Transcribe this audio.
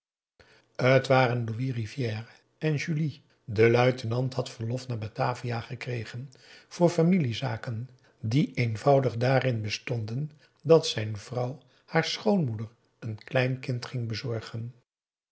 louis rivière en julie de luitenant had verlof naar batavia gekregen voor familiezaken die eenvoudig daarin bestonden dat zijn vrouw haar schoonmoeder een kleinkind ging bezorgen